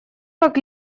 как